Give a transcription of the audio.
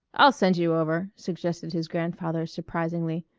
i'll send you over, suggested his grandfather surprisingly.